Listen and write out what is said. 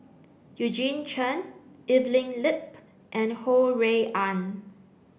Eugene Chen Evelyn Lip and Ho Rui An